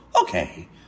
Okay